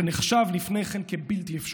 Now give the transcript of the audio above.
שנחשב לפני כן כבלתי אפשרי,